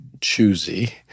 choosy